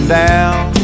down